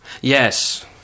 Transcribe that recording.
Yes